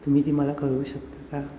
तुम्ही ती मला कळवू शकता का